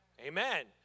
Amen